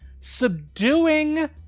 subduing